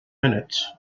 minutes